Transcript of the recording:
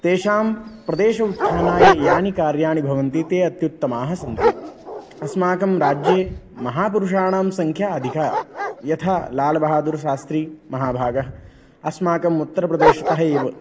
तेषां प्रदेशुत्थानाय यानि कार्याणि भवन्ति ते अत्युत्तमाः सन्ति अस्माकं राज्ये महापुरुषाणां सङ्ख्या अधिका यथा लाल् बहादुर् शास्त्री महाभागः अस्माकम् उत्तर् प्रदेशतः एव